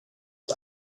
det